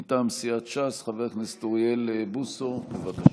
מטעם סיעת ש"ס, חבר הכנסת אוריאל בוסו, בבקשה.